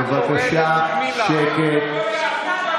בבקשה שקט.